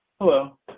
Hello